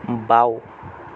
বাওঁ